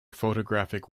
photographic